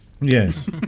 Yes